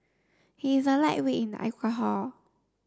he is a lightweight in alcohol